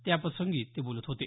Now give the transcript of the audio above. त्याप्रसंगी ते बोलत होते